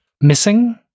missing